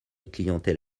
clientèle